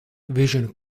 vision